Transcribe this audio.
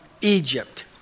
Egypt